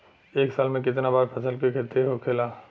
एक साल में कितना बार फसल के खेती होखेला?